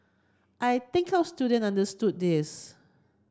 I think our student understood this